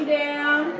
down